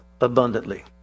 abundantly